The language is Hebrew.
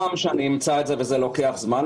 פעם שאמצא את זה וזה לוקח זמן,